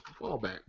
fallback